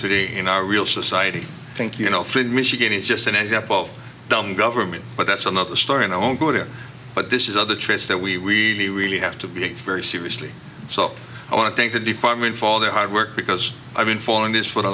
today in our real society thank you no three michigan is just an example of dumb government but that's another story and i won't go there but this is other traits that we really have to be very seriously so i want to thank the department for all their hard work because i've been following this for the